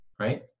right